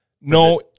No